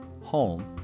Home